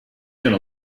gonna